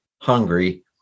hungry